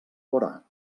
vorà